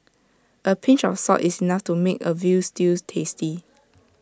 A pinch of salt is enough to make A Veal Stew tasty